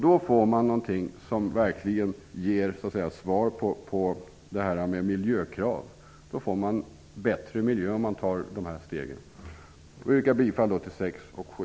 Då får man fram något som motsvarar miljökrav. Om man tar dessa steg blir miljön bättre. Jag yrkar bifall till reservation 6 och 7.